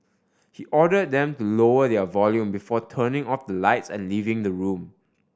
he ordered them to lower their volume before turning off the lights and leaving the room